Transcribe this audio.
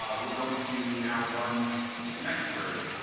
um we're going to now run this next query,